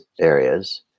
areas